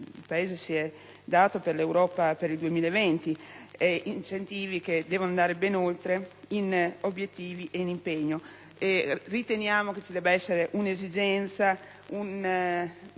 il Paese si è dato per l'Europa per il 2020, con incentivi che devono andare ben oltre in obiettivi e in impegno. Riteniamo che vi sia l'esigenza di rivedere